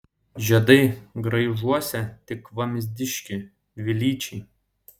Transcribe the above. žiedai graižuose tik vamzdiški dvilyčiai